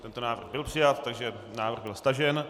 Tento návrh byl přijat, takže návrh byl stažen.